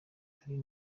ari